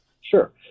Sure